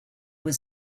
was